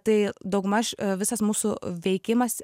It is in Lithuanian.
tai daugmaž visas mūsų veikimas